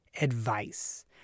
advice